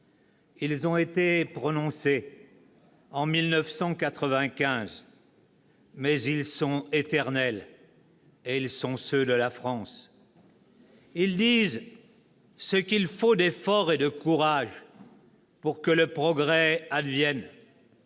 Ils ont été prononcés en 1995, mais ils sont éternels et ils sont ceux de la France. Ils disent ce qu'il faut d'effort et de courage pour que le progrès advienne.